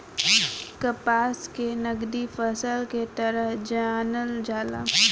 कपास के नगदी फसल के तरह जानल जाला